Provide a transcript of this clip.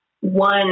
one